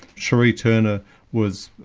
shirree turner was,